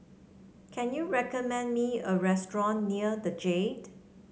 can you recommend me a restaurant near the Jade